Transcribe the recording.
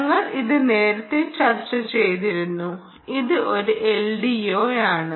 ഞങ്ങൾ ഇത് നേരത്തെ ചർച്ചചെയ്തിരുന്നു ഇത് ഒരു LDO ആണ്